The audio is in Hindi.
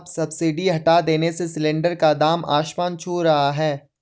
अब सब्सिडी हटा देने से सिलेंडर का दाम आसमान छू रहा है